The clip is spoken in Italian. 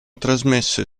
trasmesse